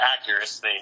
accuracy